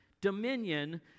dominion